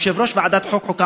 יושב-ראש ועדת החוקה,